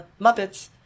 Muppets